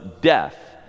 death